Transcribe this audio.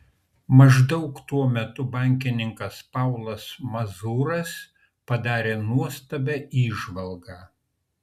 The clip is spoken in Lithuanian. maždaug tuo metu bankininkas paulas mazuras padarė nuostabią įžvalgą